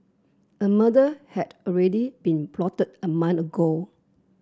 a murder had already been plotted a month ago